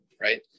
right